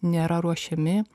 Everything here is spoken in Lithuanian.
nėra ruošiami